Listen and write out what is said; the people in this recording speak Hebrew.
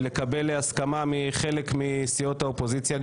לקבל הסכמה גם מחלק מסיעות האופוזיציה.